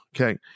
Okay